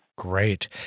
Great